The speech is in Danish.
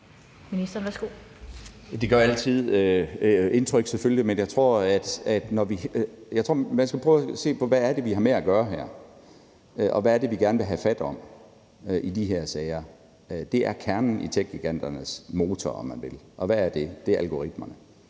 altid indtryk. Man skal prøve at se på, hvad det er, vi har med at gøre her, og hvad det er, vi gerne vil have fat om i de her sager. Det er kernen i techgiganternes motor, om man vil. Og hvad er det? Det er algoritmerne.